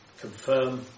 confirm